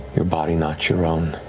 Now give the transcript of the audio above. your body not your